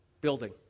building